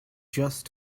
just